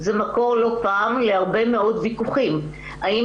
זה מקור לא פעם להרבה מאוד ויכוחים האם